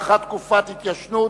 והרווחה על מנת להכינה לקריאה ראשונה,